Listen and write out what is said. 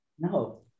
No